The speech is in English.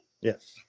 Yes